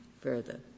further